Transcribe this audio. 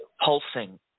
pulsing